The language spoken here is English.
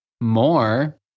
More